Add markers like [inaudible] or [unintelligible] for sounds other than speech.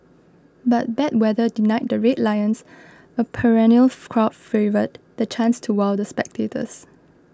but bad weather denied the Red Lions a perennial [unintelligible] crowd favourite the chance to wow the spectators